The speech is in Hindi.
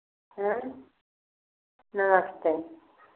नमस्ते